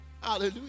Hallelujah